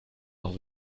auch